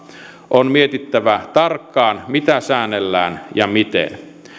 on mietittävä tarkkaan mitä säännellään ja miten